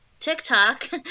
TikTok